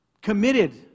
committed